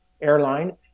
airline